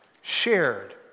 shared